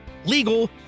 legal